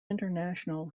international